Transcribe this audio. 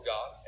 God